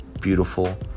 beautiful